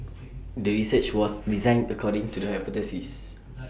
the research was designed according to the hypothesis